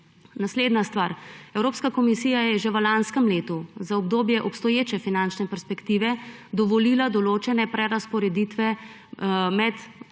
Naslednja stvar. Evropska komisija je že v lanskem letu za obdobje obstoječe finančne perspektive dovolila določene prerazporeditve med